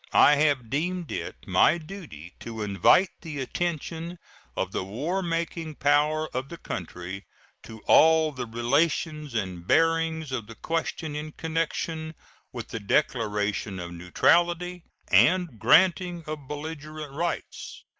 i have deemed it my duty to invite the attention of the war-making power of the country to all the relations and bearings of the question in connection with the declaration of neutrality and granting of belligerent rights.